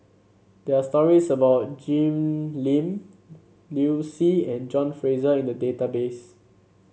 there are stories about Jim Lim Liu Si and John Fraser in the database